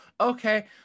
Okay